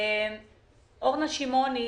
אורנה שמעוני